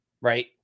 right